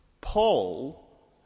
Paul